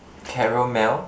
caramel